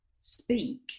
speak